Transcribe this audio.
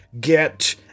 get